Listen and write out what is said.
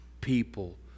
people